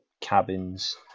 cabins